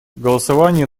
голосования